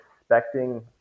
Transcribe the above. expecting